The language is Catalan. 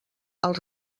els